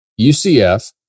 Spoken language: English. UCF